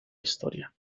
historia